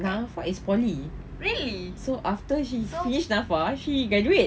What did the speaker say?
NAFA is poly after she finish NAFA she graduate